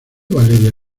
valeria